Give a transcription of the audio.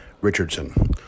Richardson